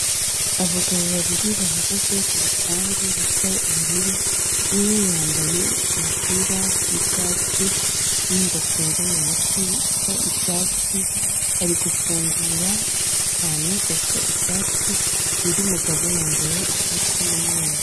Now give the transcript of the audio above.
Abagabo babiri bahagaze ku rupangu rusa ubururu, umwe yambaye umupira w'icyatsi n'ingofero mu mutwe isa icyatsi, ari gufungura akantu gasa icyatsi, undi mugabo yambaye ishati y'umweru.